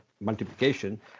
multiplication